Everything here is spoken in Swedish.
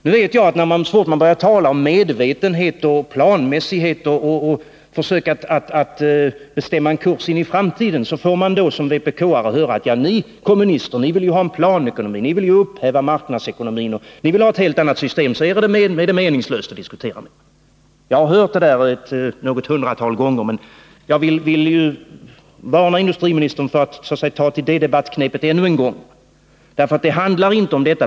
När man som vpk-are börjar tala om medvetenhet, planmässighet och försök att bestämma en kurs in i framtiden, får man höra: Ja, ni kommunister vill ju ha planekonomi, upphäva marknadsekonomin och införa ett helt annat system, så er är det meningslöst att diskutera med. Jag har hört detta något hundratal gånger och vill varna industriministern för att ännu en gång ta till det debattknepet. Det handlar nämligen inte om detta.